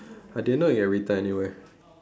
I didn't know you can return anywhere